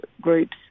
groups